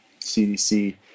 cdc